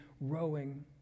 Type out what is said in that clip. rowing